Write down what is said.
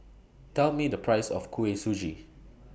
Tell Me The Price of Kuih Suji